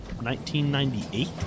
1998